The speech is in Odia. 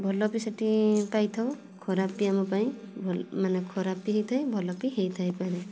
ଭଲ ବି ସେଇଟି ପାଇଥାଉ ଖରାପ ବି ଆମ ପାଇଁ ଭଲ ମାନେ ଖରାପ ବି ହେଇଥାଏ ଭଲ ବି ହେଇଥାଇ ପାରେ